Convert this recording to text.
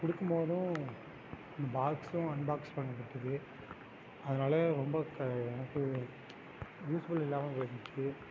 கொடுக்கும் போதும் பாக்ஸும் அன்பாக்ஸ் பண்ணப்பட்டது அதனால ரொம்ப எனக்கு யூஸ்ஃபுல் இல்லாமல் போணுச்சு